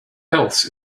else